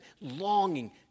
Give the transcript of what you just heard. longing